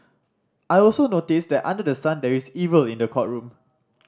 I also noticed that under the sun there is evil in the courtroom